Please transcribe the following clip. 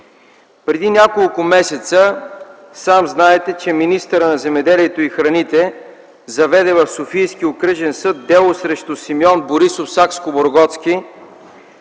Преди няколко месеца, сам знаете, министърът на земеделието и храните заведе в Софийския окръжен съд дело срещу Симеон Борисов Сакскобургготски